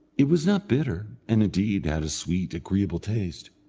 it was not bitter, and, indeed, had a sweet, agreeable taste.